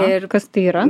ir kas tai yra